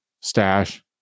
stash